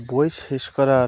বই শেষ করার